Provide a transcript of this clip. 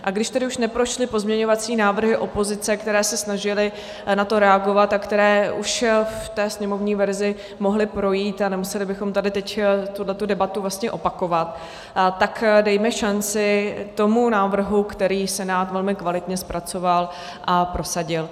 A když tedy už neprošly pozměňovací návrhy opozice, které se snažily na to reagovat a které už v té sněmovní verzi mohly projít, a nemuseli bychom tady teď tuto debatu vlastně opakovat, tak dejme šanci tomu návrhu, který Senát velmi kvalitně zpracoval a prosadil.